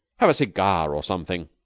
have a cigar or something.